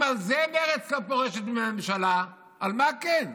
אם על זה מרצ לא פורשת מהממשלה, על מה כן?